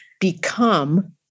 become